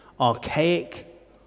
archaic